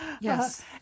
yes